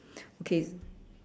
okay